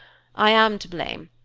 i am to blame,